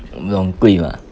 你懂很贵 mah